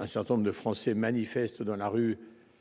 Un certain nombre de Français manifestent dans la rue.